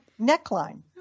neckline